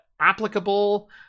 applicable